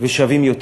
ושווים יותר.